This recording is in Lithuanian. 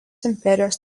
imperijos